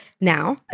now